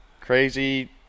Crazy